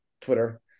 Twitter